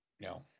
No